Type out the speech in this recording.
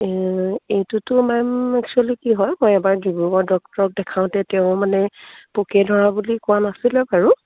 এইটোতো ma'am actually কি হয় মই এবাৰ ডিব্ৰুগড় ডক্টৰক দেখাওঁতে তেওঁ মানে পোকে ধৰা বুলি কোৱা নাছিলে বাৰু